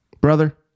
Brother